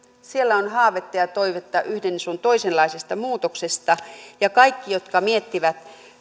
silloin on haavetta ja toivetta yhden sun toisenlaisesta muutoksesta ja kaikki jotka miettivät